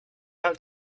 out